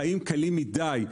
חיים קלים מדי.